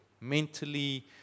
Mentally